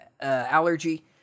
allergy